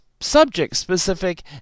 subject-specific